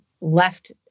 left